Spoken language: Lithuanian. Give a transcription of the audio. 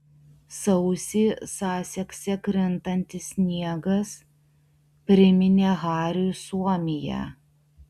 sausį sasekse krintantis sniegas priminė hariui suomiją